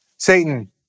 Satan